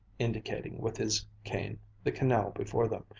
indicating with his cane the canal before them,